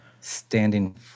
standing